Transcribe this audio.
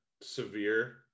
severe